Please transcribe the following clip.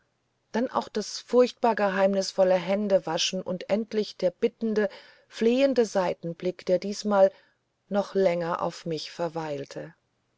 dann auch das furchtbar geheimnisvolle händewaschen und endlich der bittende flehende seitenblick der diesmal noch länger auf mich verweilte